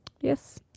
Yes